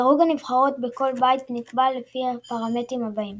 דירוג הנבחרות בכל בית נקבע לפי הפרמטרים הבאים